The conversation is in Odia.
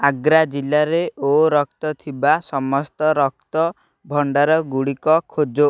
ଆଗ୍ରା ଜିଲ୍ଲାରେ ଓ ରକ୍ତ ଥିବା ସମସ୍ତ ରକ୍ତ ଭଣ୍ଡାରଗୁଡ଼ିକ ଖୋଜ